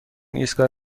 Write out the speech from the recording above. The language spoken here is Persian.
ایستگاه